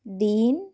dean